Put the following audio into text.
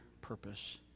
purpose